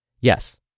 Yes